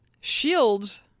shields